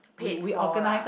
paid for lah